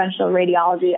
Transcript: radiology